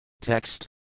Text